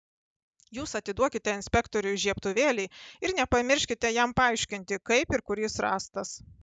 jūs atiduokite inspektoriui žiebtuvėlį ir nepamirškite jam paaiškinti kaip ir kur jis rastas